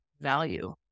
value